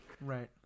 Right